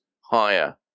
higher